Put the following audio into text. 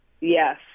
Yes